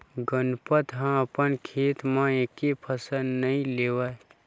गनपत ह अपन खेत म एके फसल नइ लेवय